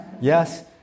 Yes